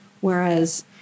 Whereas